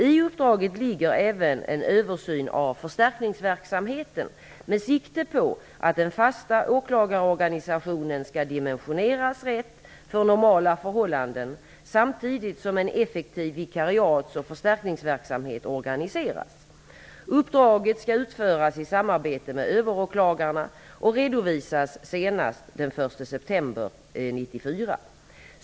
I uppdraget ligger även en översyn av förstärkningsverksamheten med sikte på att den fasta åklagarorganisationen skall dimensioneras rätt för normala förhållanden samtidigt som en effektiv vikariats och förstärkningsverksamhet organiseras. Uppdraget skall utföras i samarbete med överåklagarna och redovisas senast den 1 september 1994.